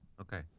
Okay